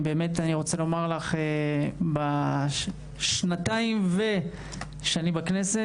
אני רוצה לומר לך שבשנתיים ו-שאני בכנסת,